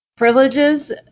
privileges